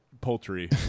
poultry